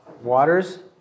waters